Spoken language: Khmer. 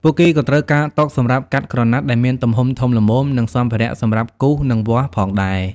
ពួកគេក៏ត្រូវការតុសម្រាប់កាត់ក្រណាត់ដែលមានទំហំធំល្មមនិងសម្ភារៈសម្រាប់គូសនិងវាស់ផងដែរ។